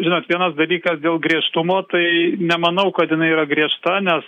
žinot vienas dalykas dėl griežtumo tai nemanau kad jinai yra griežta nes